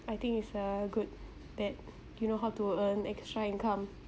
I think it's uh good that you know how to earn extra income